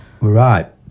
Right